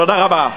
תודה רבה.